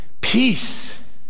peace